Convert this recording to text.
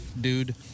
dude